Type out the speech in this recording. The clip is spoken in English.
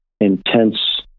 intense